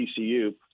TCU